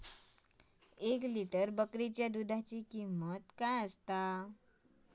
एक लिटर बकरीच्या दुधाची किंमत काय आसा?